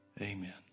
Amen